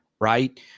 right